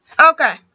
Okay